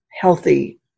healthy